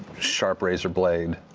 sharp razor blade,